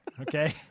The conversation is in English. Okay